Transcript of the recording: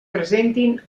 presentin